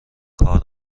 کار